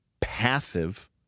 passive